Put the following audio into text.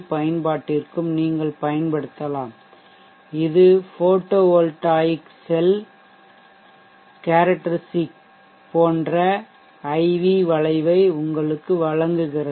பயன்பாட்டிற்கும் நீங்கள் பயன்படுத்தலாம் இது ஃபோட்டோவோல்ட்டாய்க் செல் ஒளிமின்னழுத்த செல் கேரெக்டெரிஸ்டிக் போன்ற IV வளைவை உங்களுக்கு வழங்குகிறது